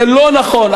זה לא נכון.